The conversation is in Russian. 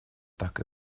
так